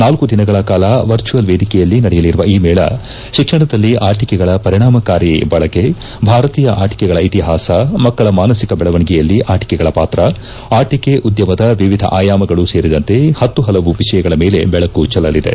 ನಾಲ್ಲು ದಿನಗಳ ಕಾಲ ವರ್ಚುವಲ್ ವೇದಿಕೆಯಲ್ಲಿ ನಡೆಯಲಿರುವ ಈ ಮೇಳ ಶಿಕ್ಷಣದಲ್ಲಿ ಆಟಿಕೆಗಳ ಪರಿಣಾಮಕಾರಿ ಬಳಕೆ ಭಾರತೀಯ ಆಟಿಕೆಗಳ ಇತಿಹಾಸ ಮಕ್ಕಳ ಮಾನಸಿಕ ಬೆಳವಣಿಗೆಯಲ್ಲಿ ಆಟಿಕೆಗಳ ಪಾತ್ರ ಆಟಿಕೆ ಉದ್ದಮದ ವಿವಿಧ ಆಯಾಮಗಳು ಸೇರಿದಂತೆ ಪತ್ತು ಪಲವು ವಿಷಯಗಳ ಮೇಲೆ ಬೆಳಕು ಚೆಲ್ಲಲಿದೆ